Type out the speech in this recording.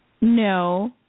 No